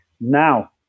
Now